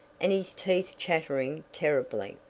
and his teeth chattering terribly.